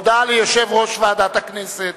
התשס"ט 2009, לדיון מוקדם בוועדת החוקה,